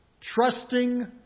trusting